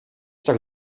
tak